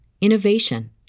innovation